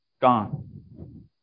Gone